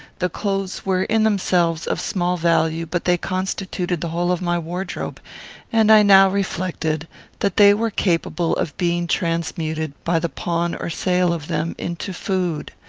the clothes were, in themselves, of small value, but they constituted the whole of my wardrobe and i now reflected that they were capable of being transmuted, by the pawn or sale of them, into food.